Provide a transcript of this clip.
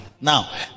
Now